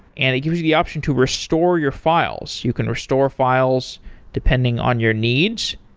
and it gives you the option to restore your files. you can restore files depending on your needs.